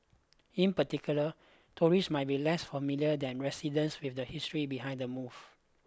in particular tourists might be less familiar than residents with the history behind the move